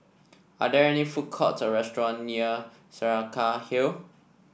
are there any food courts or restaurant near Saraca Hill